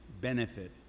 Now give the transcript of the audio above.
benefit